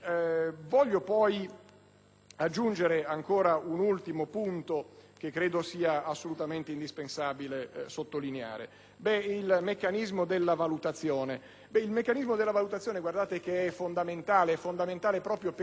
aggiungere un'ultima questione che penso sia assolutamente indispensabile sottolineare. Il meccanismo della valutazione è fondamentale proprio per iniziare ad invertire